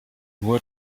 nur